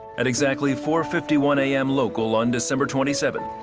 at exactly four fifty one am local on december twenty seventh,